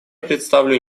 представлю